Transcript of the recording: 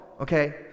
okay